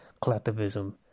collectivism